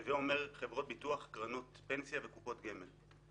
הווי אומר, חברות ביטוח, קרנות פנסיה וקופות גמל.